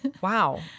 wow